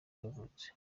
yavutse